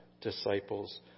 disciples